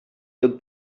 took